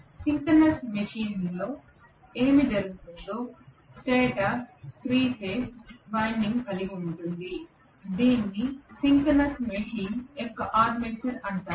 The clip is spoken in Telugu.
సింక్రోనస్ మెషీన్లో ఏమి జరుగుతుందో స్టేటర్ 3 ఫేజ్ వైండింగ్ కలిగి ఉంటుంది దీనిని సింక్రోనస్ మెషిన్ యొక్క ఆర్మేచర్ అంటారు